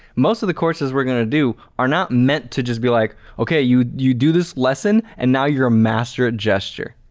most of the courses we're gonna do are not meant to just be like okay you you do this lesson and now you're a master at gesture.